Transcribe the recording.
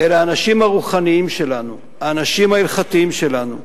אלא האנשים הרוחניים שלנו, האנשים ההלכתיים שלנו,